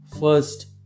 first